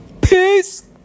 Peace